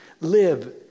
live